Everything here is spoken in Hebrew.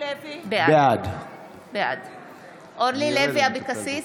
בעד אורלי לוי אבקסיס,